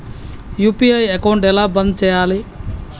UPI account ఎలా బంద్ చేయాలి?